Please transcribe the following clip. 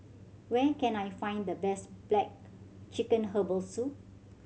where can I find the best black chicken herbal soup